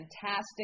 fantastic